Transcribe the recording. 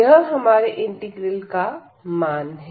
यह हमारे इंटीग्रल का मान है